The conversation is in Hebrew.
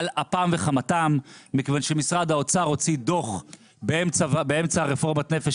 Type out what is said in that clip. אפם וחמתם מכיוון שמשרד האוצר הוציא דוח באמצע רפורמת נפש